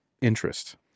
interest